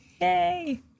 Yay